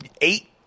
eight